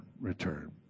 return